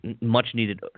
much-needed